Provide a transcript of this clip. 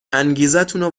انگیزتونو